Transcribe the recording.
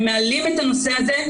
הם מעלים את הנושא הזה.